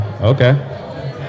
Okay